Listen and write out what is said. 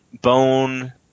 Bone